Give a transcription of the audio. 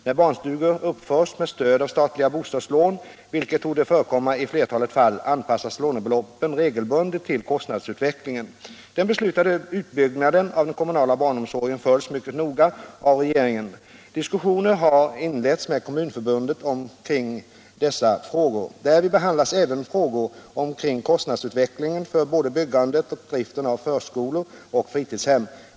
När barnstugor uppförs med stöd av statliga bostadslån, vilket torde förekomma i flertalet fall, anpassas lånebeloppen regelbundet till kostnadsutvecklingen. Den beslutade utbyggnaden av den kommunala barnomsorgen följs mycket noga av regeringen. Diskussioner har inletts med Kommunförbundet omkring dessa frågor. Därvid behandlas även frågor omkring kostnadsutvecklingen för både byggandet och driften av förskolor och fritidshem.